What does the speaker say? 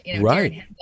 Right